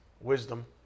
wisdom